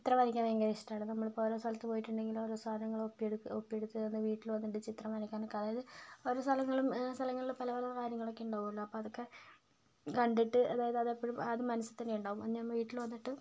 ചിത്രം വരയ്ക്കാൻ ഭയങ്കര ഇഷ്ടാണ് നമ്മളിപ്പോൾ ഓരോ സ്ഥലത്ത് പോയിട്ടുണ്ടെങ്കിൽ ഓരോ സാധനങ്ങള് ഒപ്പിയെട് ഒപ്പിയെടുത്ത് അത് വീട്ടില് വന്നിട്ട് ചിത്രം വരയ്ക്കാനൊക്കെ അതായത് ഓരോ സ്ഥലങ്ങളും സ്ഥലങ്ങളിലും പല പല കാര്യങ്ങളൊക്കെ ഉണ്ടാകുമല്ലൊ അപ്പോൾ അതൊക്കെ കണ്ടിട്ട് അതായത് അതെപ്പഴും അത് മനസിൽ തന്നെ ഉണ്ടാകും പിന്നെ ഞാൻ വീട്ടില് വന്നിട്ട്